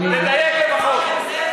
תדייק לפחות.